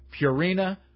Purina